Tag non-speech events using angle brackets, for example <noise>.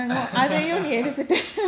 <laughs>